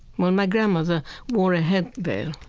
well, my grandmother wore a head veil